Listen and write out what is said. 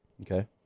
Okay